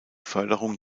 förderung